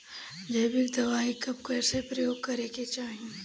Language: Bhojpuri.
जैविक दवाई कब कैसे प्रयोग करे के चाही?